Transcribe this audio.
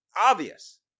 Obvious